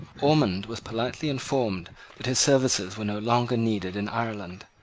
ormond was politely informed that his services were no longer needed in ireland,